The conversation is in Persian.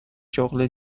شغل